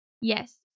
Yes